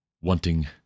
wanting